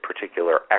particular